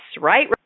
right